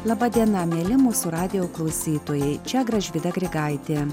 laba diena mieli mūsų radijo klausytojai čia gražvyda grigaitė